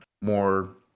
more